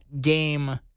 game